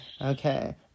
Okay